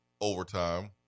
overtime